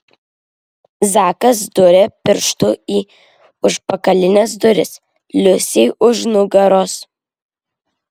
zakas dūrė pirštu į užpakalines duris liusei už nugaros